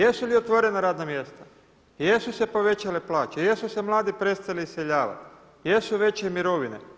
Jesu li otvorena radna mjesta, jesu se povećale plaće, jesu se mladi prestali iseljavati, jesu veće mirovine?